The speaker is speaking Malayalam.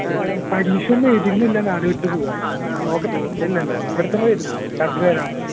പരീക്ഷ ഒന്നും എഴുതിയിരുന്നില്ല നാടുവിട്ടുപോകാൻ നോക്കട്ടെ ഇല്ലില്ല ഇവിടെത്തന്നെ വരും രാത്രി വരാറുണ്ട്